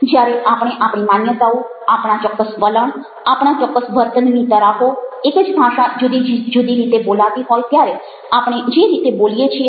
જ્યારે આપણે આપણી માન્યતાઓ આપણા ચોક્કસ વલણ આપણા ચોક્કસ વર્તનની તરાહો એક જ ભાષા જુદી જુદી રીતે બોલાતી હોય ત્યારેઆપણે જે રીતે બોલીએ છીએ